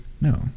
No